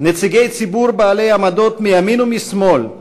נציגי ציבור בעלי עמדות מימין ומשמאל,